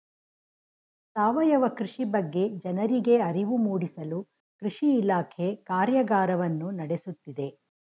ಸಾವಯವ ಕೃಷಿ ಬಗ್ಗೆ ಜನರಿಗೆ ಅರಿವು ಮೂಡಿಸಲು ಕೃಷಿ ಇಲಾಖೆ ಕಾರ್ಯಗಾರವನ್ನು ನಡೆಸುತ್ತಿದೆ